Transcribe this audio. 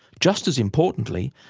just as importantly,